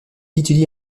étudie